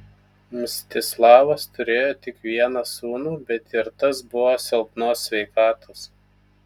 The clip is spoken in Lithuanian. mstislavas turėjo tik vieną sūnų bet ir tas buvo silpnos sveikatos